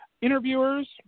interviewers